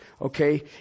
Okay